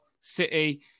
City